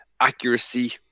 Accuracy